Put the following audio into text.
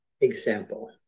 example